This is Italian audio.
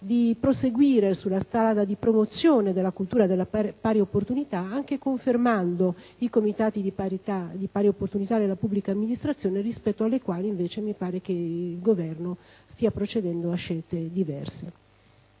di proseguire sulla strada di promozione della cultura delle pari opportunità, anche confermando i comitati di pari opportunità nella pubblica amministrazione, rispetto ai quali mi sembra che il Governo, invece, stia procedendo a scelte diverse.